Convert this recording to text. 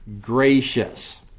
gracious